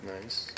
Nice